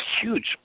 huge